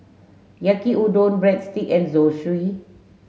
Yaki Udon Breadstick and Zosui